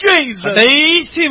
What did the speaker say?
Jesus